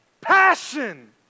passion